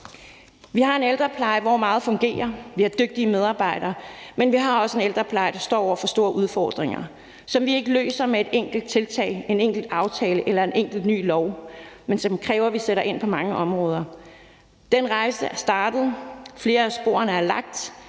Vi har en ældrepleje, hvor meget fungerer, og vi har dygtige medarbejdere, men vi har også en ældrepleje, der står over for store udfordringer, som vi ikke løser med et enkelt tiltag, en enkelt aftale eller en enkelt ny lov, men som kræver, at vi sætter ind på mange områder. Den rejse er startet, og flere af sporene er lagt,